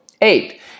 Eight